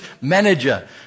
manager